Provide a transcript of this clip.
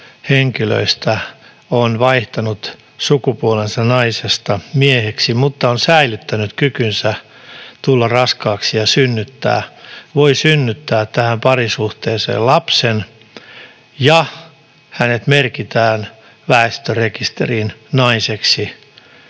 on vaihtanut sukupuolensa naisesta mieheksi mutta on säilyttänyt kykynsä tulla raskaaksi ja synnyttää, hän voi synnyttää tähän parisuhteeseen lapsen ja hänet merkitään väestörekisteriin naiseksi